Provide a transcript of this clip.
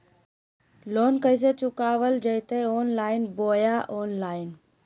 Loan कैसे चुकाबल जयते ऑनलाइन बोया ऑफलाइन?